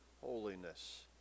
holiness